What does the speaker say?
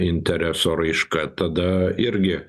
intereso raiška tada irgi